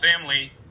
family